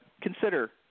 consider